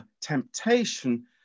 temptation